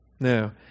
Now